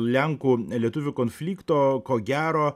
lenkų lietuvių konflikto ko gero